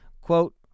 Quote